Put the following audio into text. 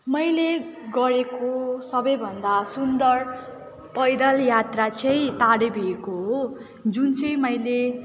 मैले गरेको सबैभन्दा सुन्दर पैदल यात्रा चाहिँ तारेभिरको हो जुन चाहिँ मैले